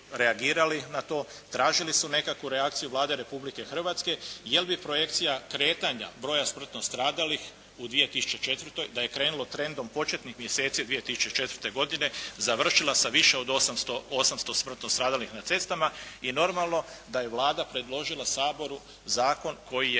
na to, tražili su nekakvu reakciju Vlade Republike Hrvatske jer bi projekcija kretanja broja smrtno stradalih u 2004. da je krenulo trendom početnih mjeseci 2004. godine završila sa više od 800 smrtno stradalih na cestama. I normalno da je Vlada predložila Saboru zakon koji je